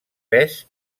pes